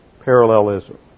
parallelism